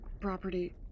property